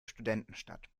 studentenstadt